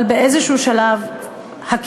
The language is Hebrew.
אבל בשלב כלשהו,